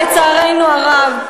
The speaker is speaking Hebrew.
לצערנו הרב.